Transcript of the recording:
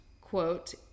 quote